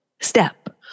Step